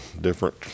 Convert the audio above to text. different